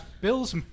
Bill's